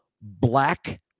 black